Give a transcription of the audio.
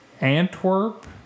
Antwerp